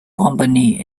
company